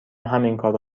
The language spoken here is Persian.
همینکارو